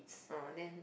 uh then